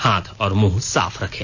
हाथ और मुंह साफ रखें